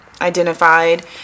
identified